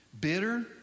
bitter